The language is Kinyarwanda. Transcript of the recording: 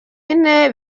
ine